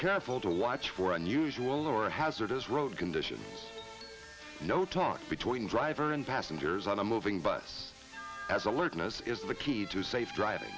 careful to watch for unusual or hazardous road conditions no talk between driver and passengers on a moving bus as alertness is the key to safe driving